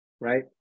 right